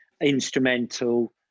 instrumental